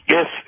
Yes